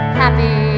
happy